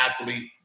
athlete